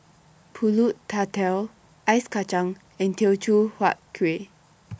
Pulut Tatal Ice Kachang and Teochew Huat Kuih